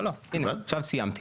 לא, לא, עכשיו סיימתי.